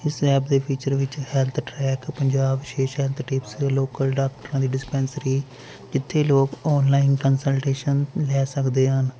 ਇਸ ਐਪ ਦੇ ਫੀਚਰ ਵਿੱਚ ਹੈਲਥ ਟਰੈਕ ਪੰਜਾਬ ਵਿਸ਼ੇਸ਼ ਹੈਲਥ ਟਿਪਸ ਦੇ ਲੋਕਲ ਡਾਕਟਰਾਂ ਦੀ ਡਿਸਪੈਂਸਰੀ ਜਿੱਥੇ ਲੋਕ ਆਨਲਾਈਨ ਕੰਸਲਟੇਸ਼ਨ ਲੈ ਸਕਦੇ ਹਨ